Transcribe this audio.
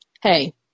hey